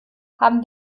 haben